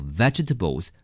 vegetables